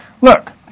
Look